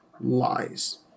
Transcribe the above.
lies